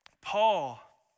Paul